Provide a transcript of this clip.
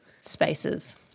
spaces